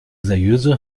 seriöse